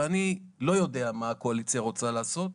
ואני לא יודע מה הקואליציה רוצה לעשות.